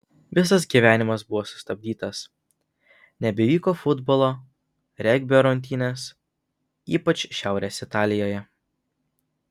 visas gyvenimas buvo sustabdytas nebevyko futbolo regbio rungtynės ypač šiaurės italijoje